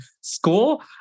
school